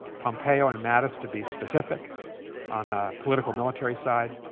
pompeo and mattis to be specific on the political, military side.